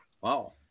wow